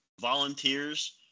volunteers